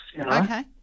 Okay